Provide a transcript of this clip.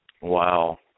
Wow